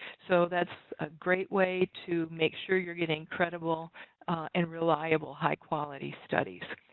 so that's a great way to make sure you're getting credible and reliable high quality studies.